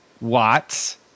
Watts